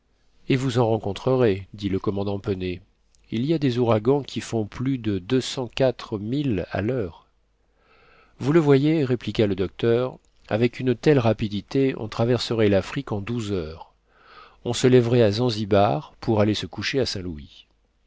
et vous en rencontrerez dit le commandant pennet il y a des ouragans qui font plus de deux cent quatre milles à l'heure vous le voyez répliqua le docteur avec une telle rapidité on traverserait l'afrique en douze heures on se lèverait à zanzibar pour aller se coucher à saint-louis